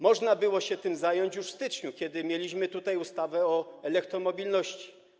Można było się tym zająć już w styczniu, kiedy mieliśmy tutaj ustawę o elektromobilności.